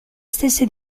stesse